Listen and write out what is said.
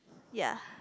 ya